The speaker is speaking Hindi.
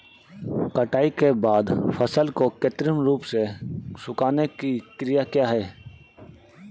कटाई के बाद फसल को कृत्रिम रूप से सुखाने की क्रिया क्या है?